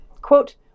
quote